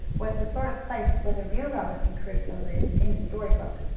was the sort of place where the real robinson crusoe lived, in the story book,